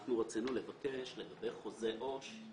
אנחנו רצינו לבקש לגבי חוזה עו"ש,